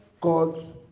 God's